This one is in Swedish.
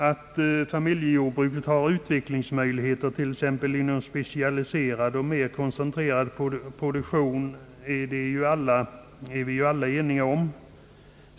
Att familjejordbruket har utvecklingsmöjligheter t.ex. inom specialiserad och mer koncentrerad produktion är vi ju alla eniga om.